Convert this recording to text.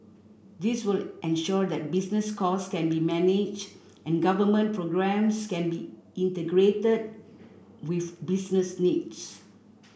this will ensure that business costs can be managed and government programmes can be integrated with business needs